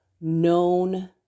known